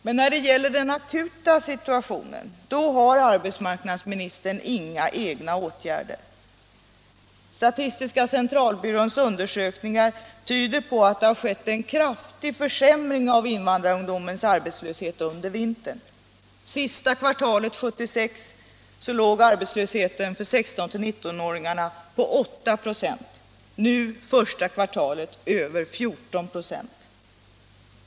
Men när det gäller den akuta situationen har arbetsmarknadsministern inga egna åtgärder. Statistiska centralbyråns undersökningar tyder på att det skett en kraftig ökning av invandrarungdomarnas arbetslöshet under vintern. Sista kvartalet 1976 låg arbetslösheten för ungdomarna i åldern 16-19 år på 8 96 — första kvartalet i år var den över 14 96.